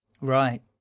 Right